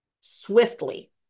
swiftly